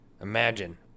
Imagine